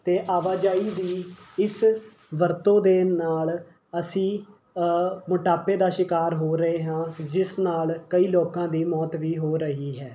ਅਤੇ ਆਵਾਜਾਈ ਦੀ ਇਸ ਵਰਤੋ ਦੇ ਨਾਲ਼ ਅਸੀਂ ਮੋਟਾਪੇ ਦਾ ਸ਼ਿਕਾਰ ਹੋ ਰਹੇ ਹਾਂ ਜਿਸ ਨਾਲ ਕਈ ਲੋਕਾਂ ਦੀ ਮੌਤ ਵੀ ਹੋ ਰਹੀ ਹੈ